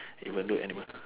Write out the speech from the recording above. even though animal